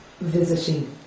visiting